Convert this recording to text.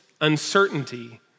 uncertainty